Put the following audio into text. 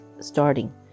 starting